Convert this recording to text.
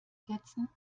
setzen